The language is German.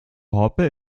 hoppe